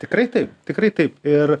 tikrai taip tikrai taip ir